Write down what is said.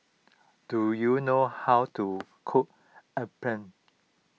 do you know how to cook Appam